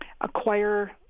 acquire